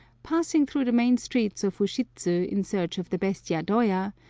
passing through the main streets of ushidzu in search of the best yadoya,